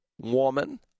woman